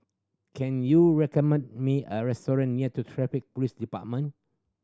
can you recommend me a restaurant near Traffic Police Department